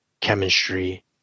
chemistry